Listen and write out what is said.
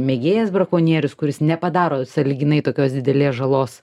mėgėjas brakonierius kuris nepadaro sąlyginai tokios didelės žalos